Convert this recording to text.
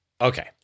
Okay